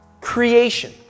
creation